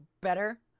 better